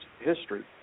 history